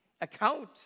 account